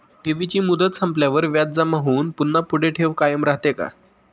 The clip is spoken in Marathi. ठेवीची मुदत संपल्यावर व्याज जमा होऊन पुन्हा पुढे ठेव कायम राहते का?